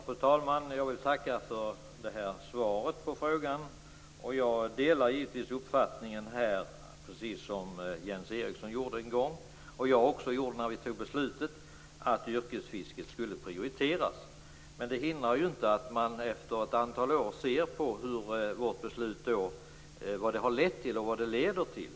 Fru talman! Jag vill tacka för jordbruksministerns svar på mina frågor. Jag delar naturligtvis, precis som Jens Eriksson gjorde en gång och jag också gjorde när vi fattade det här beslutet, jordbruksministerns uppfattning att yrkesfisket skall prioriteras. Men det hindrar inte att vi nu efter ett antal år kan se på vad beslutet har lett till och vad det leder till.